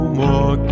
more